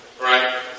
right